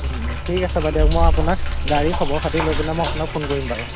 ঠিক আছে বাৰু দিয়ক মই আপোনাক গাড়ীৰ খবৰ খাতি লৈ পিনে মই আপোনাক ফ'ন কৰিম বাৰু